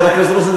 חבר הכנסת רוזנטל,